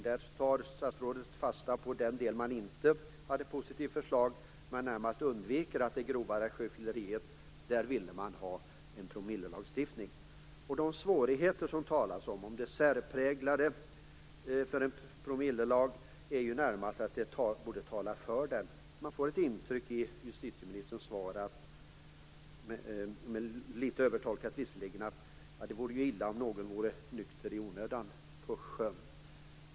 Där tar statsrådet fasta på den del där man inte hade positiva förslag men närmast undviker att nämna det faktum att man vid grovt sjöfylleri ville ha en promillelagstiftning. De svårigheter som det talas om, om det särpräglade för en promillelag, borde ju tala för den. Man får ett intryck i svaret - visserligen litet övertolkat - att det vore illa om någon vore nykter i onödan på sjön.